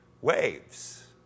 waves